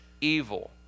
evil